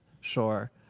sure